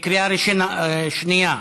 בקריאה שנייה.